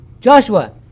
Joshua